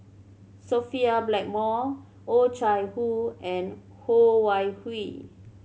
Sophia Blackmore Oh Chai Hoo and Ho Wan Hui